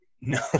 No